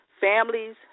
Families